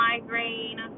migraine